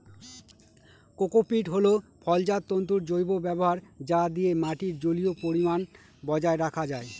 cocopeat হল ফলজাত তন্তুর জৈব ব্যবহার যা দিয়ে মাটির জলীয় পরিমান বজায় রাখা যায়